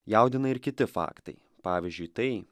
jaudina ir kiti faktai pavyzdžiui tai